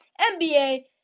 NBA